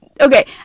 okay